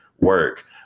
work